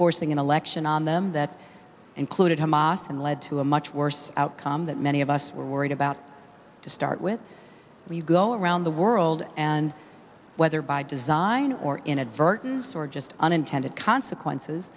forcing an election on them that included hamas and led to a much worse outcome that many of us were worried about to start with we go around the world and whether by design or inadvertence or just unintended